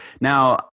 Now